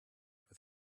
with